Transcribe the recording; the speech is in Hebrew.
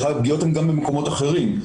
הפגיעה היא גם במקומות אחרים.